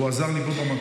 והוא עזר לי בו במקום.